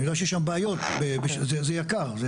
אני יודע שיש שם בעיות, בשביל זה זה יקר.